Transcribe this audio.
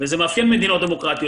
וזה מאפיין מדינות דמוקרטיות.